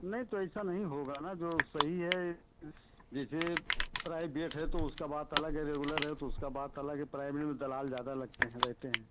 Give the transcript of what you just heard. नहीं तो ऐसा नहीं होगा न जो सही है इस जैसे प्राइबेट है तो उसका बात अलग है रेगुलर है तो उसका बात अलग है प्राइमरी में दलाल ज्यादा लगते हैं रहते हैं